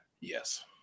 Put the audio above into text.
yes